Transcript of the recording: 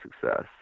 success